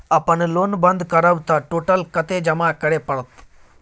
अपन लोन बंद करब त टोटल कत्ते जमा करे परत?